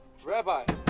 rabbi?